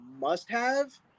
must-have